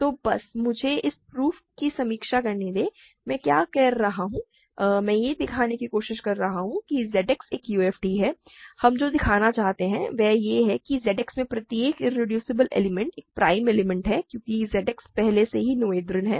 तो बस मुझे इस प्रूफ की समीक्षा करने दें कि मैं क्या कर रहा हूँ मैं यह दिखाने की कोशिश कर रहा हूँ कि ZX एक UFD है हम जो दिखाना चाहते हैं वह यह है कि Z X में प्रत्येक इरेड्यूसिबल एलिमेंट एक प्राइम एलिमेंट है क्योंकि Z X पहले से ही नोथेरियन है